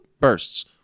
Bursts